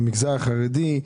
במגזר החרדי,